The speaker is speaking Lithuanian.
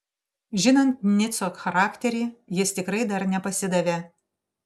žinant nico charakterį jis tikrai dar nepasidavė